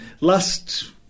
Last